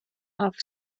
off